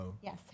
Yes